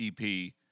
ep